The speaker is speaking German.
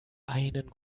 einen